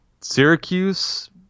Syracuse